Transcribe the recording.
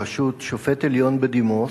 בראשות שופט עליון בדימוס,